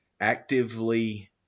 actively